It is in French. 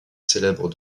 célèbres